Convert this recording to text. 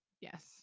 Yes